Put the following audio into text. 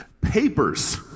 papers